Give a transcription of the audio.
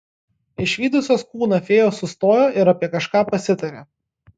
išvydusios kūną fėjos sustojo ir apie kažką pasitarė